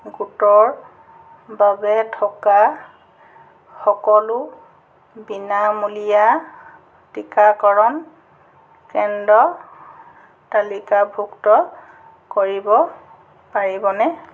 গোটৰ বাবে থকা সকলো বিনামূলীয়া টিকাকৰণ কেন্দ্ৰ তালিকাভুক্ত কৰিব পাৰিবনে